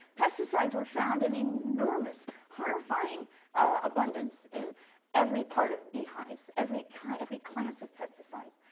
pesticides were found in enormous horrifying abundance in every part of bee hives, every kind of every class of pesticides,